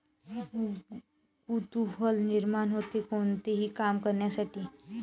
कुतूहल निर्माण होते, कोणतेही काम करण्यासाठी